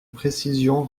précision